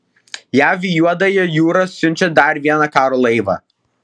jav į juodąją jūrą siunčia dar vieną karo laivą